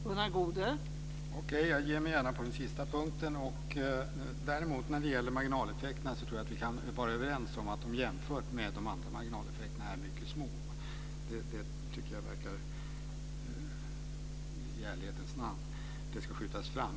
Fru talman! Okej, jag ger mig gärna på den sista punkten. När det däremot gäller marginaleffekterna av förslaget tror jag att vi kan vara överens om att de jämfört med de andra marginaleffekterna är mycket små. Det tycker jag i ärlighetens namn ska framhållas.